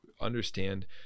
understand